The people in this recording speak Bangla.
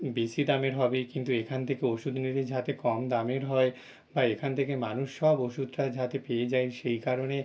বেশি দামের হবে কিন্তু এখান থেকে ওষুধ নিলে যাতে কম দামের হয় বা এখান থেকে মানুষ সব ওষুধটা যাতে পেয়ে যায় সেই কারণে